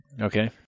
Okay